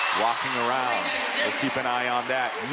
walking around. we'll keep an eye on that.